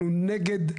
אנחנו נגד,